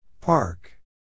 Park